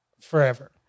forever